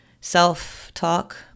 self-talk